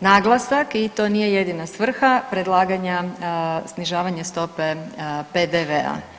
naglasak i to nije jedina svrha predlaganja snižavanje stope PDV-a.